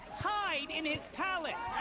hide in his palace?